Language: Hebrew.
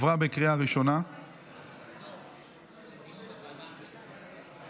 לוועדה המשותפת של הוועדה לביטחון לאומי וועדת החוקה,